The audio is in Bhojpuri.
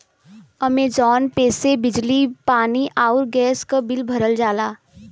अमेजॉन पे से बिजली पानी आउर गैस क बिल भरल जाला